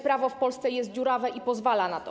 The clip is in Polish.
Prawo w Polsce jest dziurawe i pozwala na to.